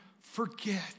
forget